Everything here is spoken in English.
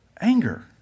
anger